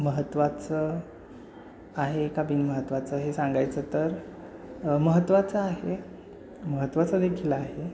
महत्त्वाचं आहे का बिन महत्त्वाचं हे सांगायचं तर महत्त्वाचं आहे महत्त्वाचं देखील आहे